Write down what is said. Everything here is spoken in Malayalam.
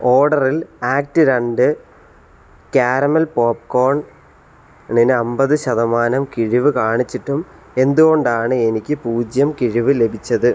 ഓർഡറിൽ ആക്ട് രണ്ട് കാരമൽ പോപ്കോണിന് അമ്പത് ശതമാനം കിഴിവ് കാണിച്ചിട്ടും എന്തുകൊണ്ടാണ് എനിക്ക് പൂജ്യം കിഴിവ് ലഭിച്ചത്